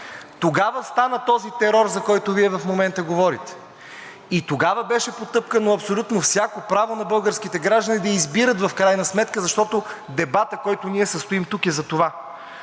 Тогава стана този терор, за който Вие в момента говорите. И тогава беше потъпкано абсолютно всяко право на българските граждани да избират в крайна сметка, защото дебатът, който ние състоим тук, е за това.